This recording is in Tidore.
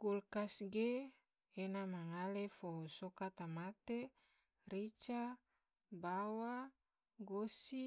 Kulkas ge ena ma ngale fo soka tamate, rica, bawang, gosi,